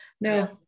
No